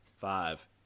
Five